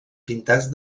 pintats